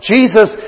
Jesus